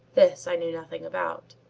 this i knew nothing about.